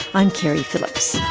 i'm keri phillips.